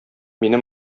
мине